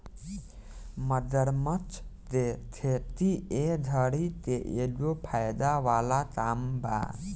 मगरमच्छ के खेती ए घड़ी के एगो फायदा वाला काम बा